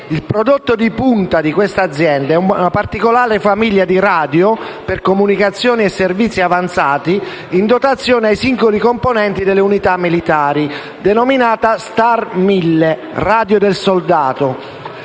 Il prodotto di punta dell'azienda è una particolare famiglia di radio per comunicazioni e servizi avanzati in dotazione ai singoli componenti delle unità militari, denominata ST@R Mille («radio del soldato»)